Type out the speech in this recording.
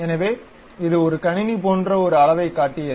எனவே இது ஒரு கணினி போன்ற ஒரு அளவைக் காட்டியது